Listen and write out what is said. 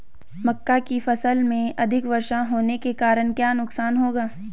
मक्का की फसल में अधिक वर्षा होने के कारण क्या नुकसान होगा?